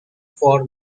for